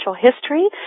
History